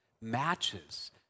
matches